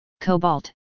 Cobalt